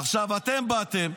עכשיו, אתם באתם,